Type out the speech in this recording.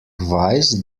weiß